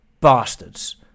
bastards